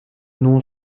nom